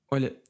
Olha